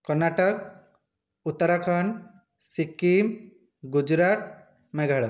Karnataka Uttarakhand Sikkim Gujarat Meghalaya